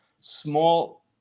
small